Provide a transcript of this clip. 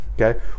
Okay